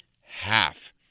Half